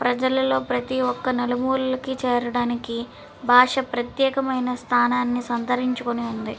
ప్రజలలో ప్రతి ఒక్క నలుమూలలకి చేరడానికి భాష ప్రత్యేకమైన స్థానాన్ని సంతరించుకొని ఉంది